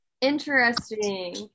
Interesting